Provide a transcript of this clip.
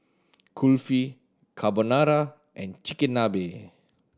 Kulfi Carbonara and Chigenabe